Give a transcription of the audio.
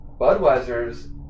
Budweiser's